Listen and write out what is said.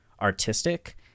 artistic